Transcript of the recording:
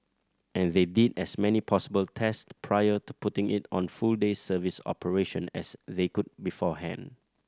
and they did as many possible test prior to putting it on full day service operation as they could beforehand